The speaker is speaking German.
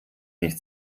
nicht